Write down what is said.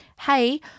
hey